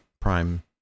Prime